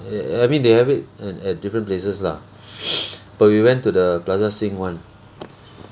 I I mean they have it at at different places lah but we went to the plaza sing one